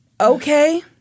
okay